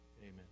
Amen